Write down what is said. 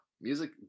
music